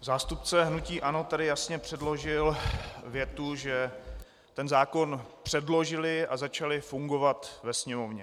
Zástupce hnutí ANO tady jasně předložil větu, že zákon předložili a začali fungovat ve Sněmovně.